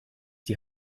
die